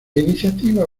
iniciativa